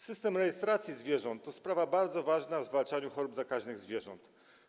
System rejestracji zwierząt to sprawa bardzo ważna w zwalczaniu chorób zakaźnych zwierząt.